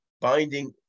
binding